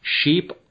Sheep